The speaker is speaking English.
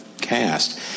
cast